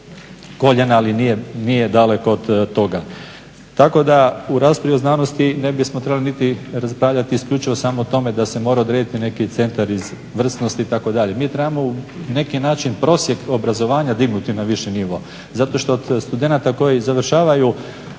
baš na koljena, ali nije daleko od toga. Tako da u raspravi o znanosti ne bismo trebali niti raspravljati isključivo samo o tome da se mora odrediti neki centar izvrsnosti itd. Mi trebamo neki naš prosjek obrazovanja dignuti na viši nivo. Zato što od studenata koji završavaju